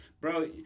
Bro